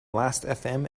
lastfm